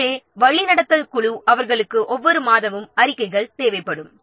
எனவே வழிநடத்தல் குழு அவர்களுக்கு ஒவ்வொரு மாதமும் அறிக்கைகள் செய்ய வேண்டும்